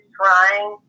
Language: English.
trying